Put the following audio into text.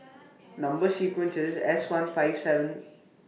Number sequence IS S one five seven